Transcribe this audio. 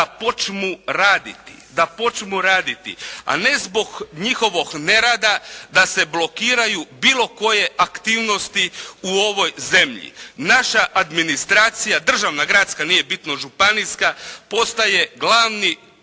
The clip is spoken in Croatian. da počnu raditi, a ne zbog njihovog nerada da se blokiraju bilo koje aktivnosti u ovoj zemlji. Naša administracija, državna, gradska nije bitno županijska postaje glavni